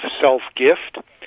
self-gift